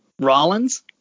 Rollins